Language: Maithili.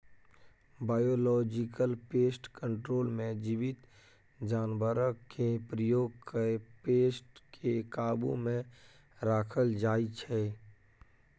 बायोलॉजिकल पेस्ट कंट्रोल मे जीबित जानबरकेँ प्रयोग कए पेस्ट केँ काबु मे राखल जाइ छै